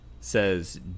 says